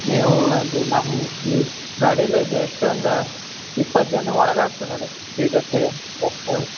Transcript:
ನೀವು ಅಂದರೆ ನಮಗೆ ಗಾಡೀಲೆ ಜಸ್ಟ್ ಒಂದು ಇಪ್ಪತ್ತು ಜನ ಒಳಗಾಯ್ತು ನೋಡಿ ಸೀಟ್ ಅಷ್ಟೇಯ